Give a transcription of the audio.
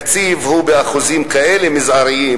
התקציב הוא באחוזים כאלה מזעריים,